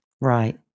Right